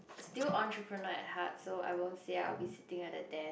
still entrepreneur at heart so I won't say I will be sitting at the desk